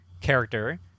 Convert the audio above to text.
character